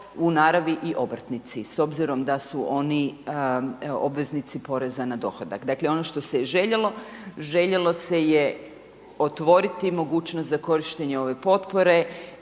i naravi i obrtnici s obzirom da su oni obveznici poreza na dohodak. Dakle, ono što se je željelo, željelo se je otvoriti mogućnost za korištenje ove potpore